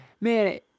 man